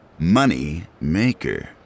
Moneymaker